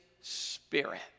spirit